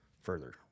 further